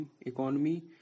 economy